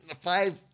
Five